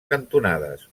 cantonades